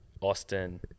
Austin